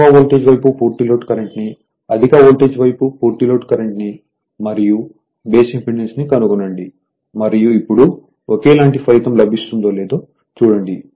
తక్కువ వోల్టేజ్ వైపు పూర్తి లోడ్ కరెంట్ ని అధిక వోల్టేజ్ వైపు పూర్తి లోడ్ కరెంట్ ని మరియు బేస్ ఇంపెడెన్స్ కనుగొనండి మరియు ఇప్పుడు ఒకేలాంటి ఫలితం లభిస్తుందో లేదో చూడండి